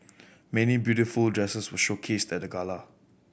many beautiful dresses were showcased at the gala